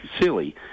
silly